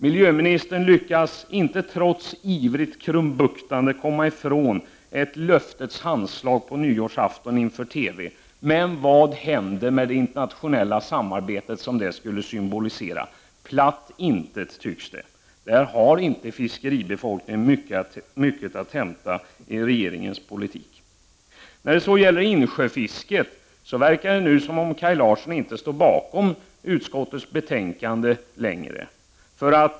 Miljöministern lyckas inte, trots ivrigt krumbuktande, komma ifrån ett löftets handslag på nyårsafton i TV. Men vad hände med det internationella samarbetet som detta skulle symbolisera? Platt intet, tycks det. Fiskarna har inte mycket att hämta i regeringens politik. När det sedan gäller insjöfisket verkar det nu som om Kaj Larsson inte längre stödjer betänkandet.